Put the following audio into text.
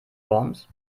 worms